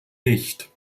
nicht